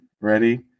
Ready